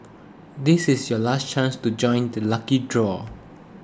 this is your last chance to join the lucky draw